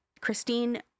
christine